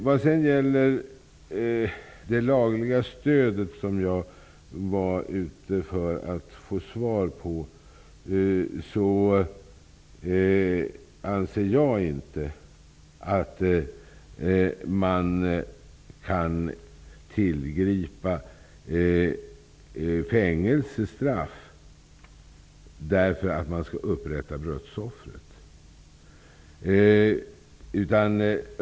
När det gäller frågan om det lagliga stödet, som jag ville få svar på, anser jag inte att man kan tillgripa fängelsestraff för att upprätta brottsoffret.